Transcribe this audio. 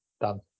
Done